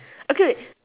okay